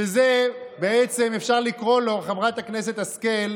שזה, אפשר לקרוא לו, חברת הכנסת השכל,